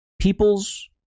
people's